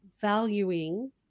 valuing